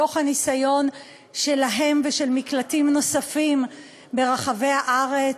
מתוך הניסיון שלהם ושל מקלטים נוספים ברחבי הארץ,